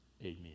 Amen